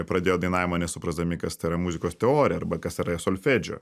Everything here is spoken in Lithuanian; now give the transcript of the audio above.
pradėjo dainavimą nesuprasdami kas tai yra muzikos teorija arba kas yra solfedžio